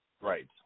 Right